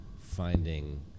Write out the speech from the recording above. finding